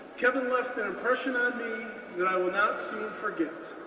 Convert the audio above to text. kevin left an impression on me that i will not soon forget.